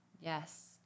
Yes